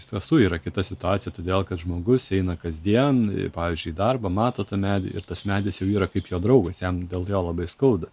iš tiesų yra kita situacija todėl kad žmogus eina kasdien pavyzdžiui į darbą mato tą medį ir tas medis jau yra kaip jo draugas jam dėl jo labai skauda